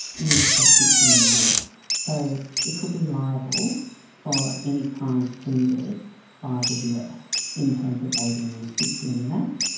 is assisting the us. so it could be liable for any crimes committed by the us, in terms of aiding and assisting in that.